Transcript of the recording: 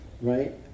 right